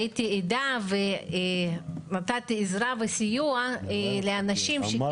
הייתי עדה ונתתי עזרה וסיוע לאנשים שכן